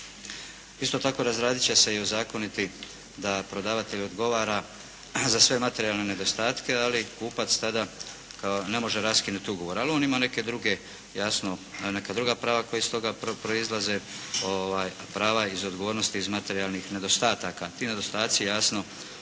Isto tako, razradit će se i ozakoniti da prodavatelj odgovara za sve materijalne nedostatke ali kupac tada kao ne može raskinuti ugovor. Ali on ima neka druga prava koja iz toga proizlaze, prava iz odgovornosti iz materijalnih nedostataka. Ti nedostaci jasno,